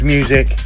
Music